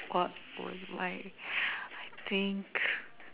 what would my I think